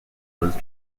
was